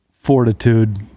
fortitude